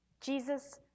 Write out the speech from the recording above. jesus